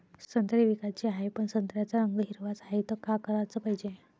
संत्रे विकाचे हाये, पन संत्र्याचा रंग हिरवाच हाये, त का कराच पायजे?